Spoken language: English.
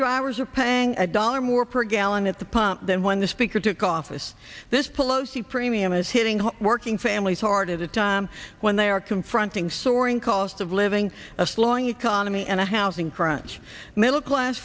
drivers are paying a dollar more per gallon at the pump than when the speaker took office this palosi premium is hitting working families sort of that when they are confronting soaring cost of living a slowing economy and a housing crunch middle class